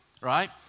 right